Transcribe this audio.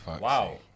Wow